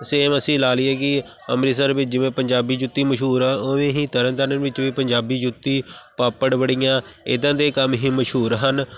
same ਅਸੀਂ ਲਾ ਲਈਏ ਕਿ ਅੰਮ੍ਰਿਤਸਰ ਵਿੱਚ ਜਿਵੇਂ ਪੰਜਾਬੀ ਜੁੱਤੀ ਮਸ਼ਹੂਰ ਆ ਉਵੇਂ ਹੀ ਤਰਨ ਤਾਰਨ ਵਿੱਚ ਵੀ ਪੰਜਾਬੀ ਜੁੱਤੀ ਪਾਪੜ ਵੜੀਆਂ ਇੱਦਾਂ ਦੇ ਕੰਮ ਹੀ ਮਸ਼ਹੂਰ ਹਨ